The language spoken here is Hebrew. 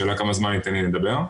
השאלה כמה זמן יינתן לי לדבר.